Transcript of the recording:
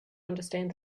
understand